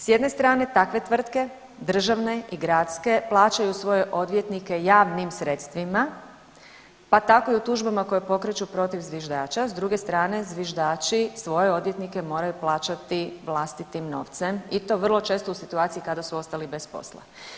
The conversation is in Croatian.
S jedne takve tvrtke državne i gradske plaćaju svoje odvjetnike javnim sredstvima pa tako i u tužbama koje pokreću protiv zviždača, s druge strane zviždači svoje odvjetnike moraju plaćati vlastitim novcem i to vrlo često u situaciji kada su ostali bez posla.